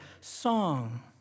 song